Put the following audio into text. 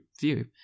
view